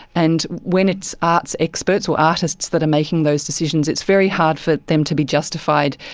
and when it's arts experts or artists that are making those decisions, it's very hard for them to be justified,